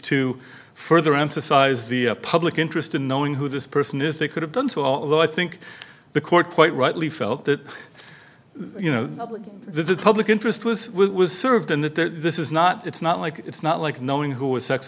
to further emphasize the public interest in knowing who this person is they could have done so although i think the court quite rightly felt that you know there's a public interest was served in that this is not it's not like it's not like knowing who are sex